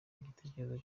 igitekerezo